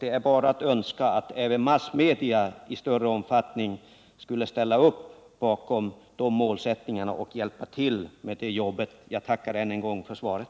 Det är bara att önska att även massmedia i större omfattning skall ställa upp bakom de målsättningarna och hjälpa till med det arbetet. Jag tackar än en gång för svaret.